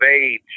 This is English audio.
age